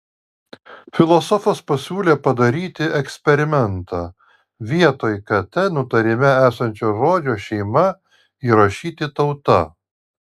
filosofas pasiūlė padaryti eksperimentą vietoj kt nutarime esančio žodžio šeima įrašyti tauta